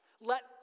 Let